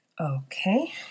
okay